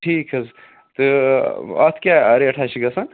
ٹھیٖک چھُ حظ تہٕ اتھ کیاہ ریٹھاہ چھِ گَژھان